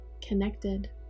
connected